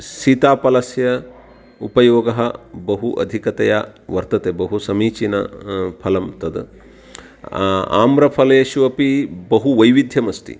सीताफलस्य उपयोगः बहु अधिकतया वर्तते बहु समीचीनं फलं तद् आम्रफ़लेषु अपि बहु वैविध्यमस्ति